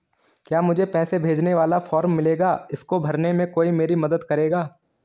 क्या मुझे पैसे भेजने वाला फॉर्म मिलेगा इसको भरने में कोई मेरी मदद करेगा?